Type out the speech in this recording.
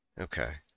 Okay